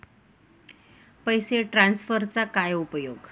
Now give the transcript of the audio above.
पैसे ट्रान्सफरचा काय उपयोग?